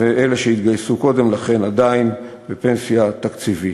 ואלה שהתגייסו קודם לכן, עדיין בפנסיה התקציבית.